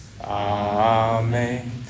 Amen